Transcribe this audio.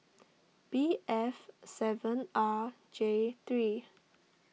B F seven R J three